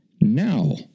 Now